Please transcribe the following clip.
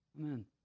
Amen